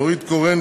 נורית קורן,